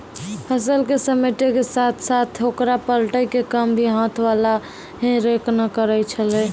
फसल क समेटै के साथॅ साथॅ होकरा पलटै के काम भी हाथ वाला हे रेक न करै छेलै